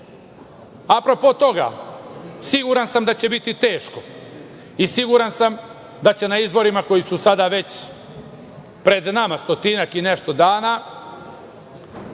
toga, siguran sam da će biti teško i siguran sam da će na izborima koji su sada već pred nama, stotinak i nešto dana,